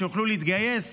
שיוכלו להתגייס,